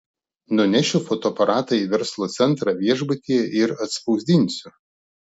nunešiu fotoaparatą į verslo centrą viešbutyje ir atspausdinsiu